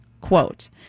Quote